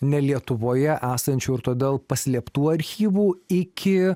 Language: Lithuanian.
ne lietuvoje esančių ir todėl paslėptų archyvų iki